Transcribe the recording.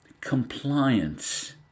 compliance